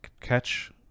catch